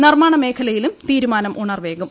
നിർമാണ മേഖലയിലും തീരുമാനം ഉണർവേകും